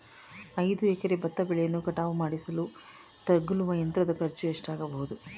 ಐದು ಎಕರೆ ಭತ್ತ ಬೆಳೆಯನ್ನು ಕಟಾವು ಮಾಡಿಸಲು ತಗಲುವ ಯಂತ್ರದ ಖರ್ಚು ಎಷ್ಟಾಗಬಹುದು?